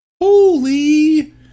Holy